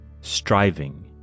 striving